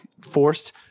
Forced